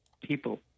people